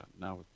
now